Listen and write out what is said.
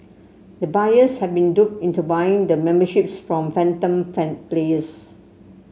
the buyers had been duped into buying the memberships from phantom fun please